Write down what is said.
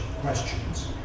questions